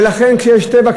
וכשיש טבע,